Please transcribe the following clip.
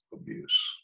abuse